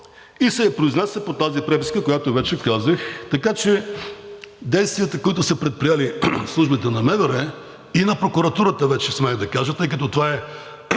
да се произнесе по тази преписка, която вече казах. Действията, които са предприели службите на МВР и на прокуратурата, вече смея да кажа, тъй като това е